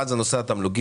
אחד זה נושא התמלוגים,